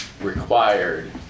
required